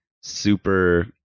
super